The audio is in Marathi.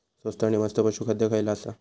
स्वस्त आणि मस्त पशू खाद्य खयला आसा?